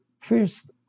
first